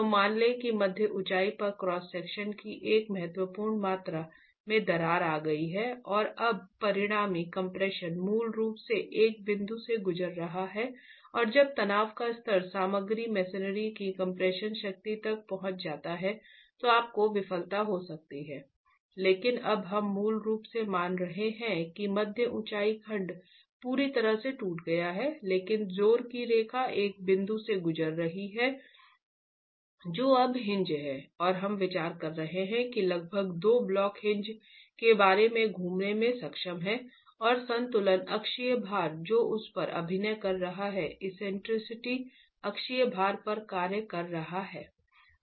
तो मान लें कि मध्य ऊंचाई पर क्रॉस सेक्शन की एक महत्वपूर्ण मात्रा में दरार आ गई है और अब परिणामी कम्प्रेशन मूल रूप से एक बिंदु से गुजर रहा है और जब तनाव का स्तर सामग्री मसनरी की कम्प्रेशन शक्ति तक पहुंच जाता है तो आपको विफलता हो सकती है लेकिन अब हम मूल रूप से मान रहे हैं कि मध्य ऊंचाई खंड पूरी तरह से टूट गया है लेकिन जोर की रेखा एक बिंदु से गुजर रही है जो अब हिन्ज है और हम विचार कर रहे हैं कि लगभग दो ब्लॉक हिंज के बारे में घूमने में सक्षम हैं और संतुलन अक्षीय भार जो उस पर अभिनय कर रहे हैं एक्सेंट्रिक अक्षीय भार पर कार्य कर रहा है